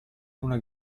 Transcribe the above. una